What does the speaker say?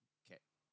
yeah